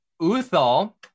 Uthal